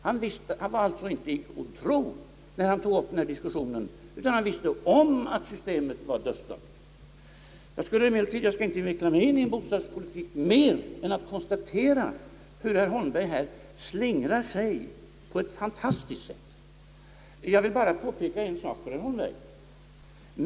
Han var alltså inte i god tro när han tog upp diskussionen, utan visste att systemet var dödsdömt. Herr Holmberg slingrar sig på ett fantastiskt sätt när han talar om bostadspolitiken.